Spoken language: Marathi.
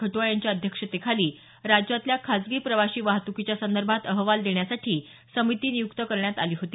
खट्आ यांच्या अध्यक्षतेखाली राज्यातल्या खाजगी प्रवाशी वाहत्कीच्या संदर्भात अहवाल देण्यासाठी समिती नियुक्त करण्यात आली होती